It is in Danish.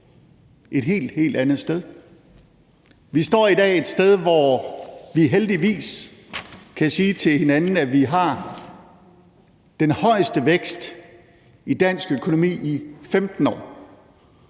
et helt, helt andet sted. Vi står i dag et sted, hvor vi heldigvis kan sige til hinanden, at vi har den højeste vækst i dansk økonomi i 15 år,